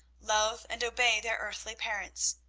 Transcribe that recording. love and obey their earthly parents,